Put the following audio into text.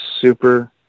super